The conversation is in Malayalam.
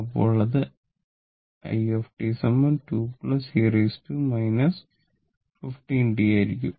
അപ്പോൾ ഇത് i 2 3 e 15 t ആയിരിക്കും